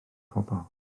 pobl